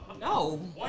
No